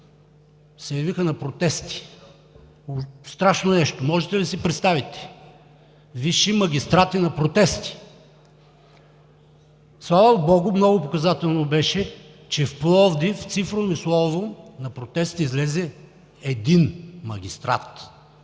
се явиха на протести. Страшно нещо! Можете ли да си представите – висши магистрати на протести?! Слава богу, много показателно беше, че в Пловдив цифром и словом на протест излезе един магистрат.